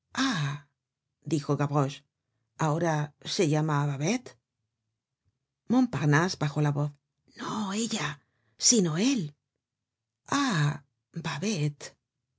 dijo gavroche abora se llama babel montparnase bajó la voz no ella sino él ah babet